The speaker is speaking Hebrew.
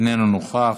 איננו נוכח,